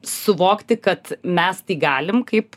suvokti kad mes galim kaip